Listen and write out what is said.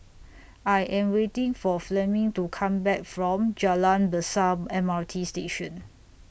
I Am waiting For Fleming to Come Back from Jalan Besar M R T Station